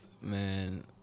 man